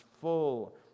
full